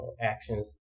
actions